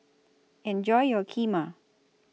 Enjoy your Kheema